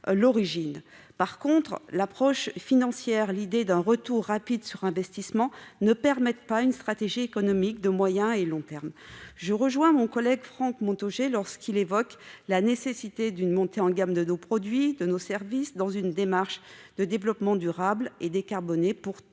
En revanche, ni l'approche financière ni l'idée d'un retour rapide sur investissement ne fondent une stratégie économique de moyen et de long terme. Je rejoins mon collègue Franck Montaugé, lorsqu'il évoque la nécessité d'une montée en gamme de nos produits et services, dans une démarche de développement durable et décarboné, pour